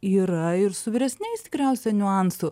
yra ir su vyresniais tikriausiai niuansų